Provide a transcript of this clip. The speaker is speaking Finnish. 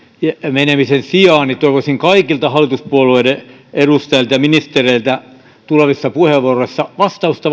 menemisen sijaan toivoisin kaikilta hallituspuolueiden edustajilta ja ministereiltä tulevissa puheenvuoroissa vastausta